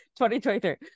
2023